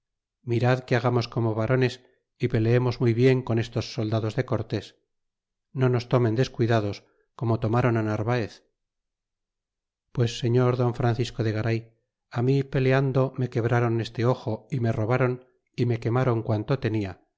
mirad que hagamos como varones y peleemos muy bien con estos soldados de corles no nos tomen descuidados como tornron narvaez pues señor pon francisco de garay mi peleando me quebrron este ojo y me robron y me quetnron quanto tenia